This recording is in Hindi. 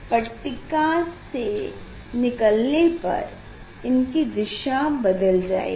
पट्टिका से निकले पर इनकी दिशा बदल जाएगी